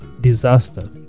disaster